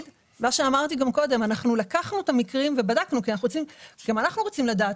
לקחנו את המקרים ובדקנו כי גם אנחנו רוצים לדעת.